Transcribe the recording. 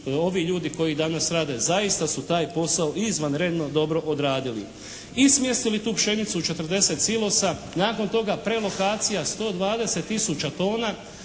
ovi ljudi koji danas rade zaista su taj posao izvanredno dobro odradili. I smjestili tu pšenicu u 40 silosa. Nakon toga prelokacija 120 tisuća tona.